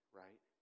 right